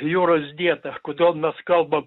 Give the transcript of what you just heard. jūros dietą kodėl mes kalbam